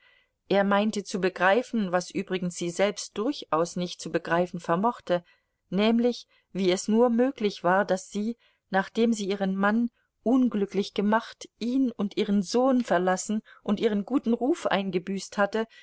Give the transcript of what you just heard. er meinte zu begreifen was übrigens sie selbst durchaus nicht zu begreifen vermochte nämlich wie es nur möglich war daß sie nachdem sie ihren mann unglücklich gemacht ihn und ihren sohn verlassen und ihren guten ruf eingebüßt hatte